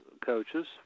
coaches